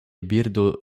birdo